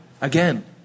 again